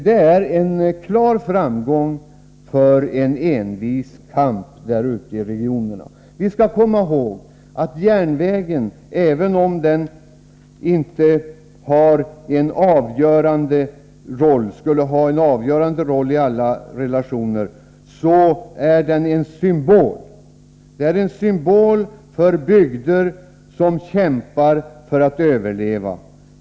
Det är en klar framgång för en envis kamp i de regionerna. Vi skall komma ihåg att även om järnvägen inte skulle ha en avgörande roll i alla relationer, är den en symbol för dessa bygder som kämpar för att överleva.